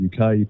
UK